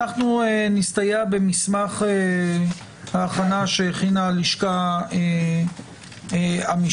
אנחנו נסתייע במסמך ההכנה שהכינה הלשכה המשפטית.